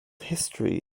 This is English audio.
history